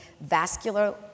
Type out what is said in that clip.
vascular